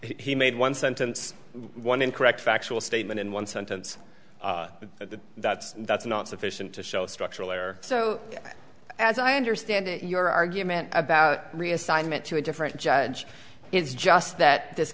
he made one sentence one incorrect factual statement in one sentence that that's that's not sufficient to show a structural error so as i understand it your argument about reassignment to a different judge is just that this